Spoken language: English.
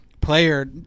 player